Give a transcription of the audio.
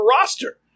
roster